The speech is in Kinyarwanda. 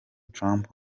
trump